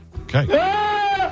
Okay